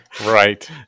Right